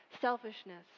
selfishness